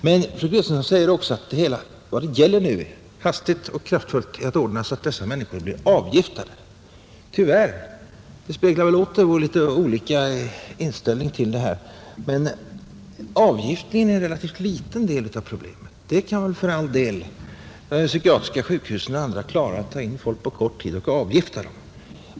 Men fru Kristensson säger också att vad det nu gäller är att hastigt och kraftfullt ordna så att dessa människor blir avgiftade. Tyvärr — det speglar väl åter vår litet olika inställning till det här — är dock avgiftningen en relativt liten del av problemet. Det kan för all del de psykiatriska sjukhusen och andra klara, att ta in människor på kort tid och avgifta dem.